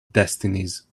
destinies